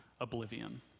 oblivion